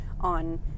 on